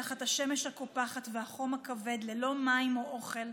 תחת השמש הקופחת ובחום הכבד, ללא מים או אוכל,